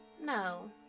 No